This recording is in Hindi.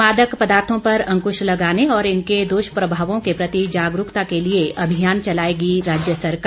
मादक पदार्थों पर अंकुश लगाने और इनके दुष्प्रभावों के प्रति जागरूकता के लिए अभियान चलाएगी राज्य सरकार